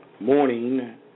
morning